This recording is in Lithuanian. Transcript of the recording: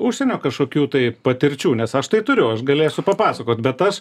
užsienio kažkokių tai patirčių nes aš tai turiu aš galėsiu papasakot bet aš